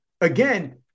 again